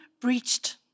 breached